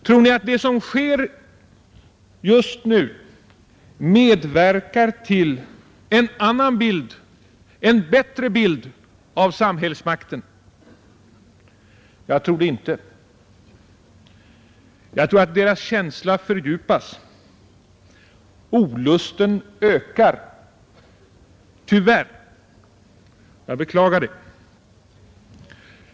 Tror ni att det som sker just nu medverkar till en annan bild, en bättre bild av samhällsmakten? Jag tror det inte. Jag tror att denna känsla fördjupas. Olusten ökar. Tyvärr. Jag beklagar det.